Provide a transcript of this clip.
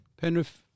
Penrith